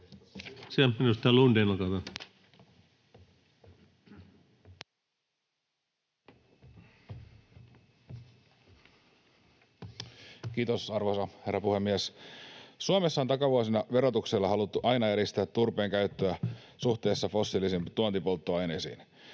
Kiitos, arvoisa herra puhemies! Suomessa on takavuosina verotuksella haluttu aina edistää turpeen käyttöä suhteessa fossiilisiin tuontipolttoaineisiin.